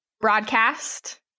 broadcast